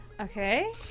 Okay